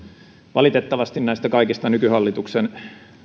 valitettavasti näistä kaikista nykyhallituksen